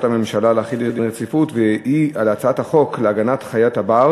בקשת הממשלה להחיל דין רציפות על הצעת חוק להגנת חיית הבר